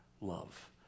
love